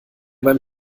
beim